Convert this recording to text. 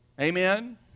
Amen